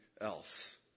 else